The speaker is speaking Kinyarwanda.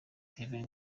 kevin